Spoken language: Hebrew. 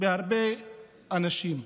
בהרבה אנשים.